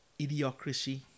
idiocracy